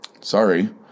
Sorry